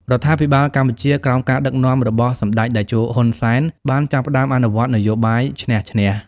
រដ្ឋាភិបាលកម្ពុជាក្រោមការដឹកនាំរបស់សម្ដេចតេជោ ហ៊ុន សែន បានចាប់ផ្ដើមអនុវត្ត «នយោបាយឈ្នះ-ឈ្នះ»។